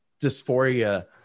dysphoria